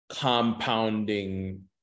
compounding